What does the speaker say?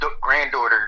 granddaughter